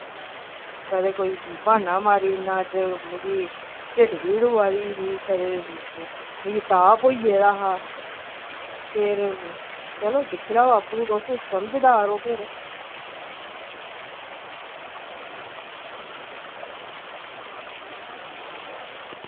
कदें कोई ब्हान्ना मारी ओड़ना अज्ज मिगी ढिड्ड पीड़ होआ दी ही मिगी कदें मिगी ताप होई गेदा हा फिर चलो दिक्खी लैओ आपूं तुस समझदार ओ फिर